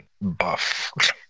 buff